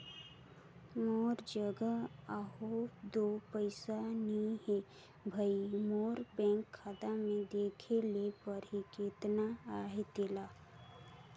मोर जग अझो दो पइसा नी हे भई, मोर बेंक खाता में देखे ले परही केतना अहे तेला